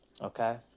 Okay